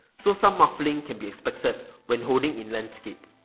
so some muffling can be expected when holding in landscape.